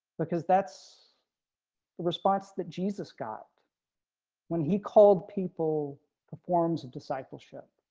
because that's the response that jesus got when he called people performs a discipleship.